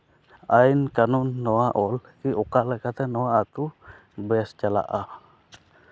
ᱟᱹᱭᱤᱱ ᱠᱟᱹᱱᱩᱱ ᱱᱚᱣᱟ ᱚᱞ ᱚᱠᱟ ᱞᱮᱠᱟᱛᱮ ᱱᱚᱣᱟ ᱟᱛᱳ ᱵᱮᱥ ᱪᱟᱞᱟᱜᱼᱟ